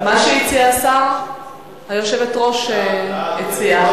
מה שהציע השר היושבת-ראש הציעה.